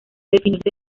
definirse